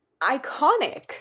iconic